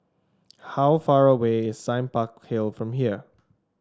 how far away is Sime Park Hill from here